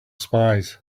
spies